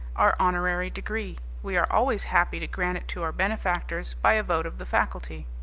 our honorary degree. we are always happy to grant it to our benefactors by a vote of the faculty.